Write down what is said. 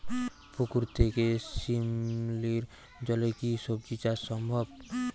পুকুর থেকে শিমলির জলে কি সবজি চাষ সম্ভব?